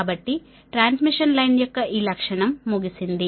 కాబట్టి transmission line యొక్క ఈ లక్షణం ముగిసింది